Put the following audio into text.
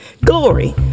Glory